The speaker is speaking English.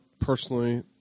personally